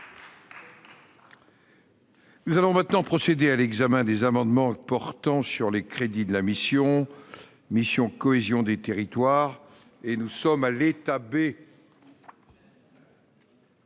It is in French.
Nous allons maintenant procéder à l'examen des amendements portant sur les crédits de la mission mission cohésion des territoires et nous sommes à l'état B.